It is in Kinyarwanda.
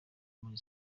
muri